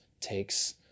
takes